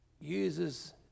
uses